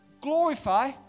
glorify